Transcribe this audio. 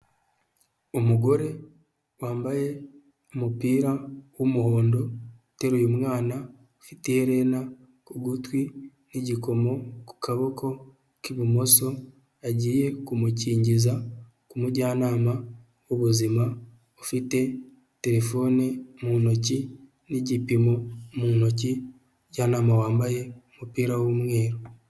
Umugore wambaye umupira w'umuhondo uteruye umwana ufite iherena ku gutwi n'igikomo ku kaboko kw'ibumoso agiye kumukingiza umujyanama wubuzima ufite telefone mu ntoki n'igipimo mu ntoki njyanama wambaye umupira w'umweru.